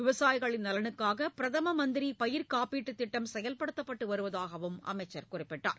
விவசாயிகள் நலனுக்காக பிரதம மந்திரி பயிர்க்காப்பீடு திட்டம் செயல்படுத்தப்பட்டு வருவதாகவும் அமைச்சர் குறிப்பிட்டார்